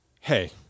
hey